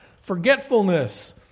Forgetfulness